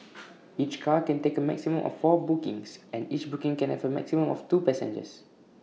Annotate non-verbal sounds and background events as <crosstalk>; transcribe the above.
<noise> each car can take A maximum of four bookings and each booking can have A maximum of two passengers